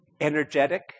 energetic